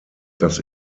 dass